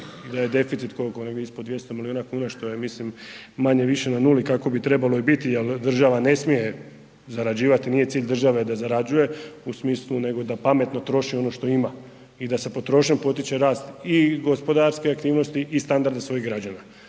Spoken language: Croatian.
da je deficit koliko nam je ispod 200 milijuna kuna što je manje-više na nuli kako bi i trebalo biti jel država ne smije zarađivati. Nije cilj države da zarađuje nego da pametno troši ono što ima i da se potrošnjom potiče rast i gospodarske aktivnosti i standarde svojih građana.